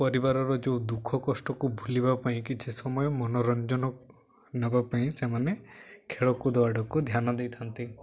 ପରିବାର ର ଯେଉଁ ଦୁଃଖ କଷ୍ଟ କୁ ଭୁଲିବା ପାଇଁ କିଛି ସମୟ ମନୋରଞ୍ଜନ ନବା ପାଇଁ ସେମାନେ ଖେଳକୁଦ ଆଡ଼କୁ ଧ୍ୟାନ ଦେଇଥାନ୍ତି